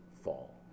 fall